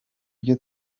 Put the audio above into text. byo